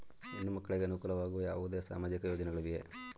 ಹೆಣ್ಣು ಮಕ್ಕಳಿಗೆ ಅನುಕೂಲವಾಗುವ ಯಾವುದೇ ಸಾಮಾಜಿಕ ಯೋಜನೆಗಳಿವೆಯೇ?